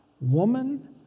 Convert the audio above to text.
Woman